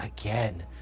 again